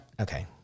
Okay